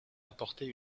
apporter